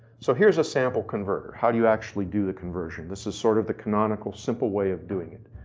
so here's a sample converter, how you actually do the conversion. this is sort of the canonical, simple way of doing it.